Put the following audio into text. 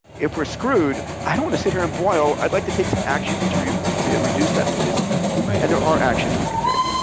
if we're screwed, i don't wanna sit here and boil. i'd like to take some actions to reduce to reduce that, please? right. and there are actions actions we can take.